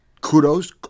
kudos